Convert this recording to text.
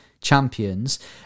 champions